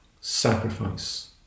sacrifice